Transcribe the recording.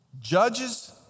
Judges